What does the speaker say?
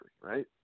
right